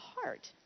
heart